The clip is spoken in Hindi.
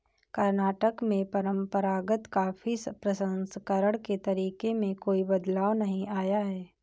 कर्नाटक में परंपरागत कॉफी प्रसंस्करण के तरीके में कोई बदलाव नहीं आया है